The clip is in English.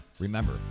Remember